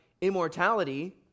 immortality